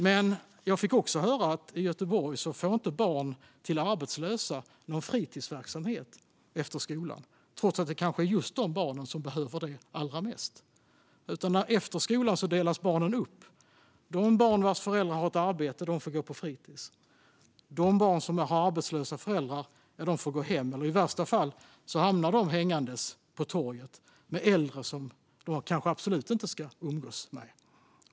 Men jag fick höra att i Göteborg får inte barn till arbetslösa någon fritidsverksamhet efter skolan, trots att det kanske är just dessa barn som behöver det allra mest. Efter skolan delas barnen upp - de barn vars föräldrar har ett arbete får gå på fritis; de barn som har arbetslösa föräldrar får gå hem. I värsta fall hamnar de hängande på torget med äldre som de absolut inte ska umgås med.